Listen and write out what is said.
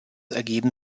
ergeben